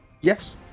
Yes